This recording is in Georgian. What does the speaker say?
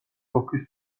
ოლქის